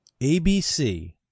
ABC